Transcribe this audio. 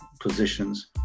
positions